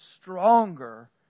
Stronger